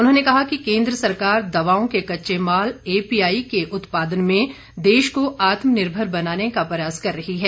उन्होंने कहा कि केन्द्र सरकार दवाओं के कच्चे माल एपी आई के उत्पादन में देश को आत्मनिर्भर बनाने का प्रयास कर रही है